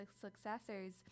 successors